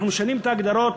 אנחנו משנים את ההגדרות